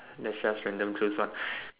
let's just randomly choose one